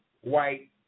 white